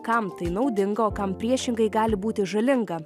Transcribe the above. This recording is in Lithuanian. kam tai naudinga o kam priešingai gali būti žalinga